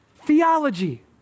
theology